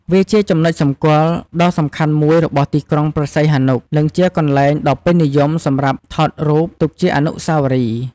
វាជាចំណុចសម្គាល់ដ៏សំខាន់មួយរបស់ទីក្រុងព្រះសីហនុ និងជាកន្លែងដ៏ពេញនិយមសម្រាប់ថតរូបទុកជាអនុស្សាវរីយ៍។